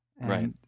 Right